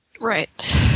Right